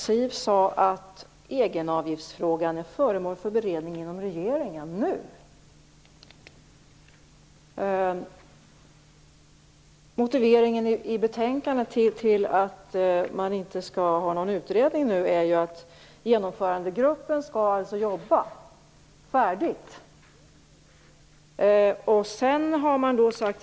Siw sade att egenavgiftsfrågan är föremål för beredning inom regeringen nu. Motiveringen i betänkandet till att man inte nu skall tillsätta någon utredning är ju att Genomförandegruppen skall jobba färdigt.